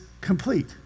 complete